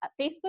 Facebook